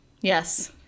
Yes